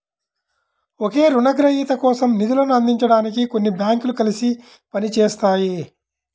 ఒకే రుణగ్రహీత కోసం నిధులను అందించడానికి కొన్ని బ్యాంకులు కలిసి పని చేస్తాయి